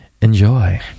enjoy